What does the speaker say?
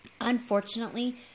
Unfortunately